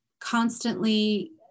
constantly